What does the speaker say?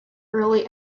early